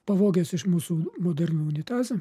pavogęs iš mūsų modernų unitazą